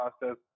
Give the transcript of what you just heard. process